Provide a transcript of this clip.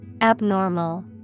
Abnormal